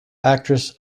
actress